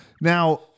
Now